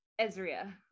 ezria